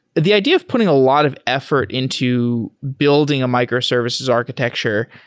the idea of putting a lot of effort into building a microservices architecture,